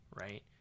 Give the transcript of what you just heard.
right